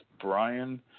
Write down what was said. Brian